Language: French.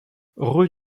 rue